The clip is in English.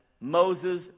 Moses